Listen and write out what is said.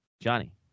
johnny